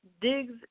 digs